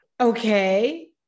Okay